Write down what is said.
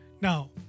Now